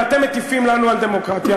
ואתם מטיפים לנו על דמוקרטיה.